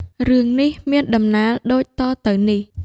រឿងនេះមានដំណាលដូចតទៅនេះ។